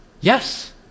Yes